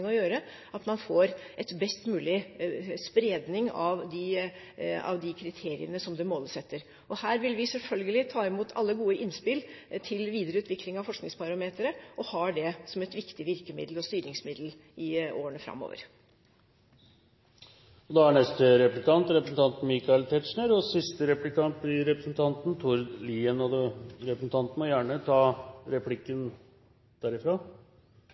å gjøre, at man får best mulig spredning av de kriteriene som det måles etter. Her vil vi selvfølgelig ta imot alle gode innspill til videreutvikling av Forskningsbarometeret, og vi har det som et viktig virkemiddel og styringsmiddel i årene framover. Neste replikant er representanten Michael Tetzschner, og siste replikant er representanten Tord Lien. Representanten må gjerne ta replikken